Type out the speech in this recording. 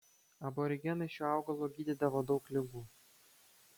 aborigenai šiuo augalu gydydavo daug ligų